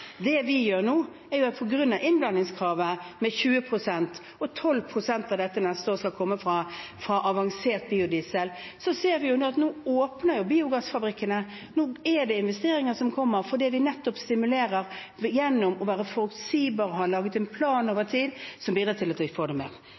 Det vi ser nå, er at på grunn av innblandingskravet på 20 pst. – og 12 pst. av dette neste år skal komme fra avansert biodiesel – åpner biogassfabrikkene, nå er det investeringer som kommer, fordi vi nettopp stimulerer gjennom å være forutsigbare og har laget en plan over